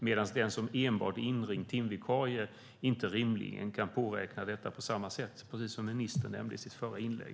Men den som enbart är timvikarie och som inrings kan rimligen inte påverka detta på samma sätt - precis som ministern nämnde i sitt förra inlägg.